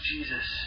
Jesus